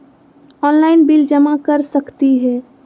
Online bill जमा कर सकती ह?